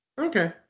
Okay